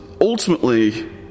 ultimately